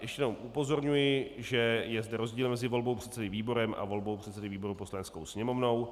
Ještě jenom upozorňuji, že je zde rozdíl mezi volbou předsedy výborem a volbou předsedy výboru Poslaneckou sněmovnou.